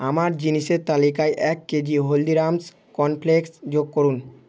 আমার জিনিসের তালিকায় এক কেজি হলদিরামস কর্ন ফ্লেক্স যোগ করুন